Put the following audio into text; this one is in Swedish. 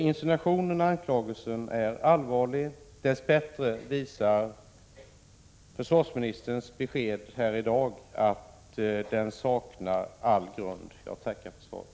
Insinuationen är allvarlig, men dess bättre visar försvarsministerns besked här i dag att den saknar all grund. Jag tackar för svaret.